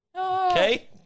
Okay